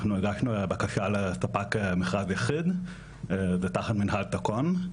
אנחנו הגשנו בקשה לספק מכרז יחיד ותחת מנהל תקון.